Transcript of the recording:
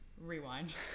Rewind